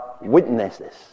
witnesses